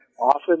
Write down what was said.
often